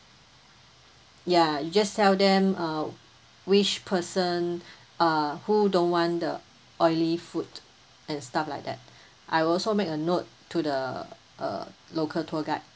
ya you just tell them uh which person uh who don't want the oily food and stuff like that I will also make a note to the uh local tour guide